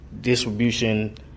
distribution